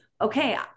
okay